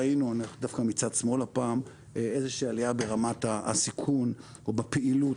ראינו איזה שהיא עלייה ברמת הסיכון או בפעילות